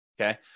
okay